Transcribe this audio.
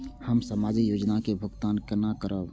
हम सामाजिक योजना के भुगतान केना करब?